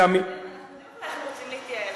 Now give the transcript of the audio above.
יודעים איך הם רוצים להתייעל.